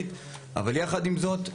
יחד עם זאת,